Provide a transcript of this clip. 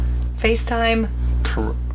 FaceTime